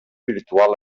virtual